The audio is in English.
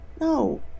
No